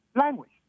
language